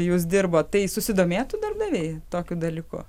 jūs dirbot tai susidomėtų darbdaviai tokiu dalyku